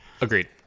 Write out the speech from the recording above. Agreed